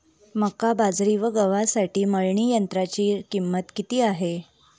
मका, बाजरी व गव्हासाठी मळणी यंत्राची किंमत किती आहे?